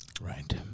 Right